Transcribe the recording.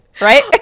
right